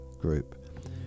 group